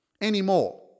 anymore